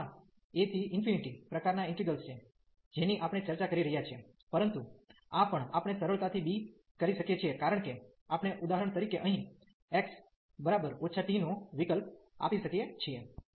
તેથી આ a થી ઇન્ફિનિટી પ્રકારનાં ઇન્ટિગ્રેલ્સ છે જેની આપણે ચર્ચા કરી રહ્યા છીએ પરંતુ આ પણ આપણે સરળતાથી b કરી શકીએ છીએ કારણ કે આપણે ઉદાહરણ તરીકે અહીં x t નો વિકલ્પ આપી શકીએ છીએ